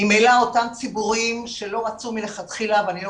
ממילא אותם ציבורים שלא רצו מלכתחילה ואני לא